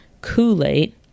Kool-Aid